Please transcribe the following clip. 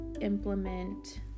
implement